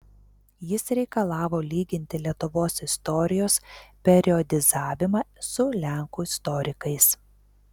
jis reikalavo lyginti lietuvos istorijos periodizavimą su lenkų istorikais